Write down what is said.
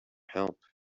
help